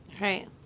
Right